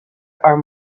are